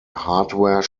hardware